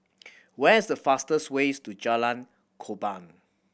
where is the fastest way to Jalan Korban